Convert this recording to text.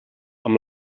amb